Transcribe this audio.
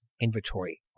inventory